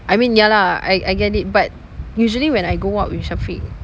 I mean ya lah I I get it but usually when I go out with syafiq